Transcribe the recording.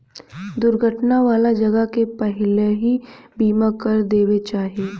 दुर्घटना वाला जगह के पहिलही बीमा कर देवे के चाही